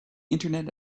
internet